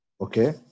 Okay